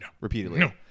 repeatedly